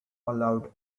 allowed